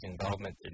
involvement